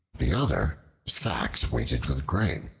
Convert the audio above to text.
the other sacks weighted with grain.